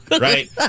Right